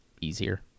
easier